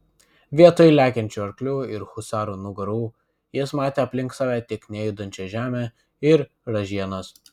vietoj lekiančių arklių ir husarų nugarų jis matė aplink save tik nejudančią žemę ir ražienas